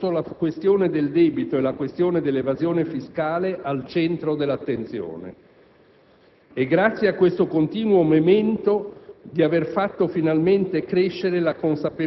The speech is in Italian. Rivendico al Governo Prodi di aver posto la questione del debito e la questione dell'evasione fiscale al centro dell'attenzione; e grazie a questo continuo *memento***,**